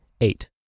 eight